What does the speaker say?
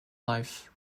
life